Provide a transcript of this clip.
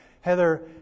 Heather